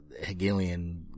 Hegelian